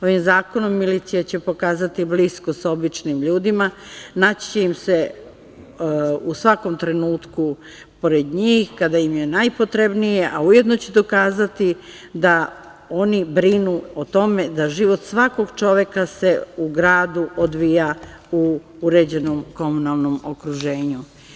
Ovim zakonom milicija će pokazati bliskost sa običnim ljudima, naći će im se u svakom trenutku pored njih, kada im je najpotrebnija, a ujedno će dokazati da oni brinu o tome da život svakog čoveka se u gradu odvija u uređenom komunalnom okruženju.